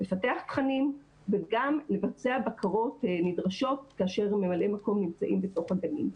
לפתח תכנים וגם לבצע בקרות נדרשות כאשר ממלאי מקום נמצאים בתוך הגנים.